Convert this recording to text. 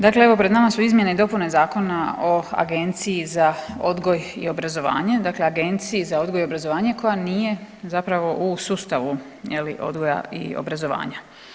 Dakle, evo pred nama su izmjene i dopune Zakona o Agenciji za odgoj i obrazovanje, dakle Agenciji za odgoj i obrazovanje koja nije zapravo u sustavu odgoja i obrazovanja.